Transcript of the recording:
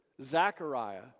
Zechariah